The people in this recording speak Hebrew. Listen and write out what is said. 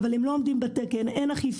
אבל הם לא עומדים בתקן, אין אכיפה.